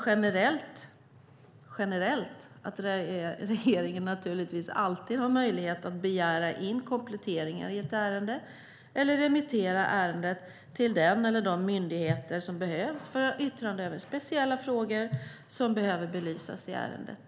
Generellt har regeringen naturligtvis alltid möjlighet att begära in kompletteringar i ett ärende eller remittera ärendet till den eller de myndigheter som behövs för yttrande över speciella frågor som behöver belysas i ärendet.